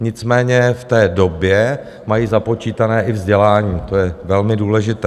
Nicméně v té době mají započítané i vzdělání, to je velmi důležité.